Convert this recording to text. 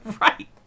Right